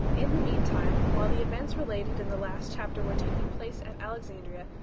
in the mean time, while the events related in the last chapter were taking place at alexandria,